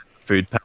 food